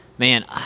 Man